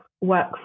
work